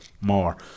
more